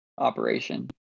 Operation